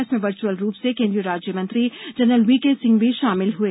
इसमें वर्चुअल रूप से केंद्रीय राज्यमंत्री जनरल व्हीके सिंह भी शामिल हुये